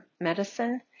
medicine